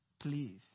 Please